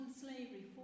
slavery